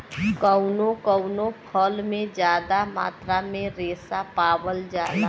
कउनो कउनो फल में जादा मात्रा में रेसा पावल जाला